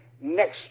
next